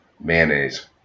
mayonnaise